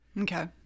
Okay